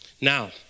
Now